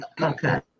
Okay